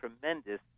tremendous